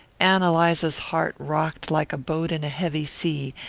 ann eliza's heart rocked like a boat in a heavy sea,